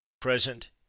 Present